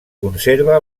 conserva